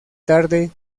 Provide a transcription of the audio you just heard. tarde